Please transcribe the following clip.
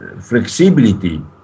flexibility